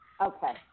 Okay